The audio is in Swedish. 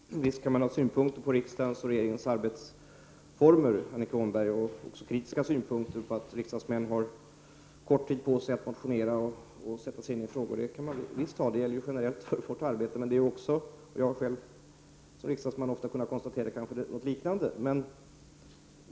Herr talman! Visst kan man ha synpunkter på riksdagens och regeringens arbetsformer, och kritiska synpunkter på att riksdagsmän har kort tid på sig att motionera och sätta sig in i frågor. Detta gäller ju generellt för vårt arbete. Jag har själv som riksdagsman ofta kunnat konstatera något liknande.